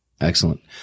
Excellent